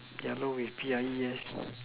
yellow with no P I E yes